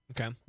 Okay